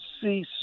see